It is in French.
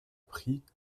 prit